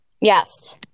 Yes